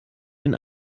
den